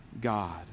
God